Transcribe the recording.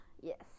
Yes